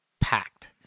packed